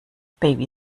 baby